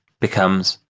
Becomes